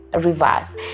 reverse